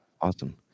Awesome